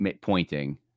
pointing